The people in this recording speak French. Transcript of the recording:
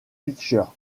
pictures